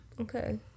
Okay